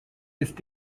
ist